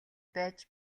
байж